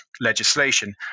legislation